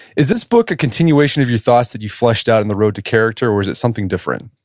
is this book a continuation of your thoughts that you fleshed out in the road to character, or was it something different?